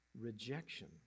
rejection